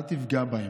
אל תפגע בהם.